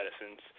medicines